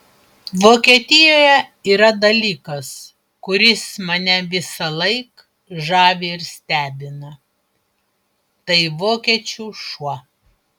vokietijoje yra dalykas kuris mane visąlaik žavi ir stebina tai vokiečių šuo